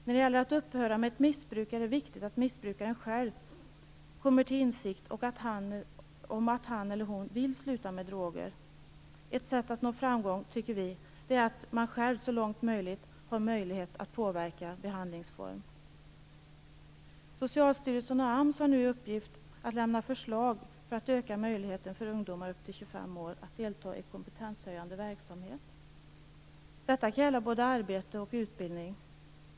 När det gäller att upphöra med ett missbruk är det viktigt att missbrukaren själv kommer till insikt om att han eller hon vill sluta med droger. Ett sätt att nå framgång är, tycker vi, att man själv så långt möjligt har möjlighet att påverka behandlingsform. Socialstyrelsen och AMS har nu i uppgift att lämna förslag för att öka möjligheten för ungdomar upp till 25 år att delta i kompetenshöjande verksamhet. Detta kan gälla både arbete och utbildning.